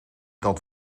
dat